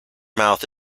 mouth